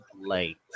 late